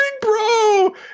bro